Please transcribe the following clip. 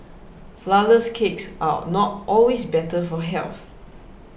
Flourless Cakes are not always better for health